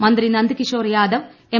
മന്ത്രി നന്ദ് കിഷോർ യാദവ് എം